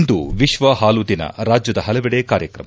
ಇಂದು ವಿಶ್ವ ಹಾಲು ದಿನ ರಾಜ್ಯದ ಹಲವೆಡೆ ಕಾರ್ಯಕ್ರಮ